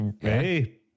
Hey